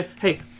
hey